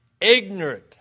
ignorant